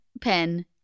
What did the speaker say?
pen